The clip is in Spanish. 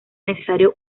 necesario